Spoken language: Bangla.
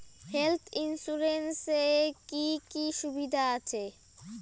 হেলথ ইন্সুরেন্স এ কি কি সুবিধা আছে?